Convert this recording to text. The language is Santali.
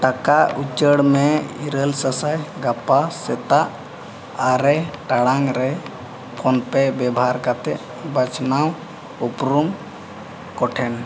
ᱴᱟᱠᱟ ᱩᱪᱟᱹᱲ ᱢᱮ ᱤᱨᱟᱹᱞ ᱥᱟᱼᱥᱟᱭ ᱜᱟᱯᱟ ᱥᱮᱛᱟᱜ ᱟᱨᱮ ᱴᱟᱲᱟᱝ ᱨᱮ ᱯᱷᱳᱱ ᱯᱮ ᱵᱮᱵᱷᱟᱨ ᱠᱟᱛᱮᱫ ᱵᱟᱪᱷᱱᱟᱣ ᱩᱯᱨᱩᱢ ᱠᱚᱴᱷᱮᱱ